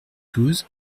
douze